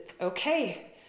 Okay